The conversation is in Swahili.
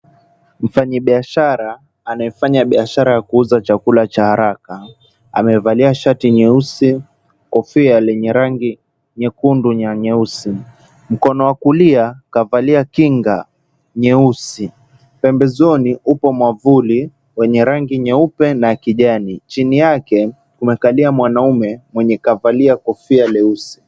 Mfanyabiashara anayefanya biashara ya kuuza chakula cha haraka. Amevalia shati nyeusi, kofia lenye rangi nyekundu na nyeusi. Mkono wa kulia kavalia kinga nyeusi. Pembezoni upo mwavuli wenye rangi nyeupe na kijani. Chini yake kumekalia mwanaume mwenye kavalilia kofia leusi.